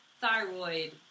thyroid